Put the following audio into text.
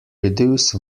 reduce